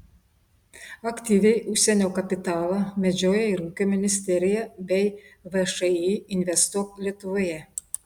aktyviai užsienio kapitalą medžioja ir ūkio ministerija bei všį investuok lietuvoje